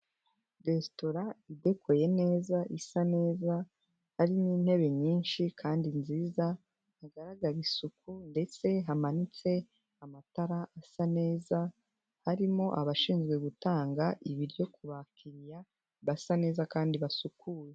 Resitora idekuye neza isa neza, harimo intebe nyinshi kandi nziza, hagaraga isuku ndetse hamanitse amatara asa neza, harimo abashinzwe gutanga ibiryo ku bakiriya basa neza kandi basukuye.